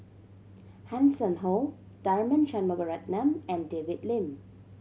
Hanson Ho Tharman Shanmugaratnam and David Lim